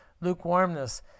lukewarmness